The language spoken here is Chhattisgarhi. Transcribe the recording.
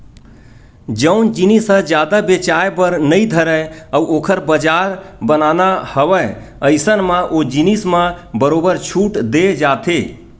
जउन जिनिस ह जादा बेचाये बर नइ धरय अउ ओखर बजार बनाना हवय अइसन म ओ जिनिस म बरोबर छूट देय जाथे